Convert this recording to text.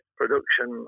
production